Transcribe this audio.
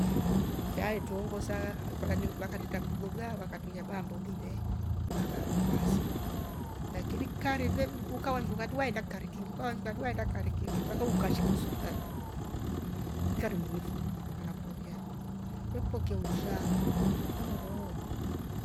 Nfe aetroongosa kolya vakatreta klugha vaamba ulive baasi lakini kikari ukavashuka atri weenda kikarii kiingi, ukavashuka weenda kikari kiingi mpaka ukashika hospitali mmmm fikari vifo wana kupokea vekupokea undushaa ooooho!